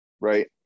Right